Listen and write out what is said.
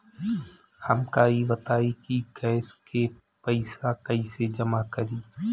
हमका ई बताई कि गैस के पइसा कईसे जमा करी?